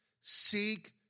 seek